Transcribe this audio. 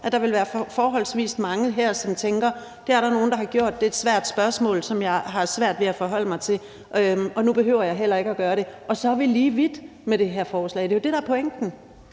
at der vil være forholdsvis mange her, som tænker, at det er der nogen der har gjort for dem; det er et svært spørgsmål, som man har svært ved at forholde sig til, og nu behøver man heller ikke at gøre det. Og så er vi lige vidt med det her forslag. Det er jo det, der er pointen.